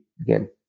again